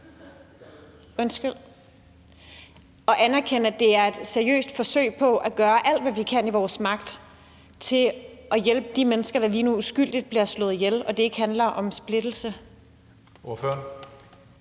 rettigheder, og at det er et seriøst forsøg på at gøre alt, hvad der står i ens magt, for at hjælpe de mennesker, der lige nu uskyldigt bliver slået ihjel, og at det ikke handler om splittelse? Kl.